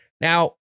Now